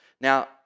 now